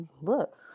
look